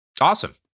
Awesome